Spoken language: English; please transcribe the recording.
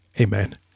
amen